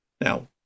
Now